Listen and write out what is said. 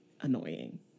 annoying